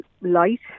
light